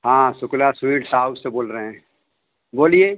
हाँ Shukla sweets house से बोल रहे हैं बोलिए